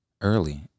early